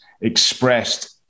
expressed